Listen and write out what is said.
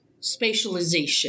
spatialization